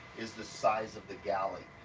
is the size of the galley,